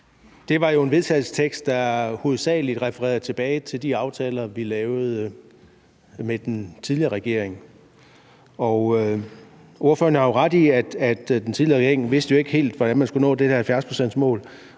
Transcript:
det var jo en vedtagelsestekst, der hovedsagelig refererede tilbage til de aftaler, vi lavede med den tidligere regering, og ordføreren har jo ret i, at den tidligere regering ikke helt vidste, hvordan man skulle nå det her 70-procentsmål.